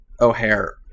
O'Hare